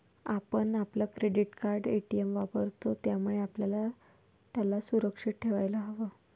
आपण आपलं credit card, ATM वापरतो, त्यामुळे आपल्याला त्याला सुरक्षित ठेवायला हव